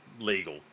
legal